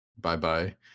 bye-bye